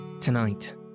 Tonight